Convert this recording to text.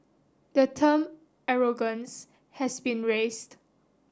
the term arrogance has been raised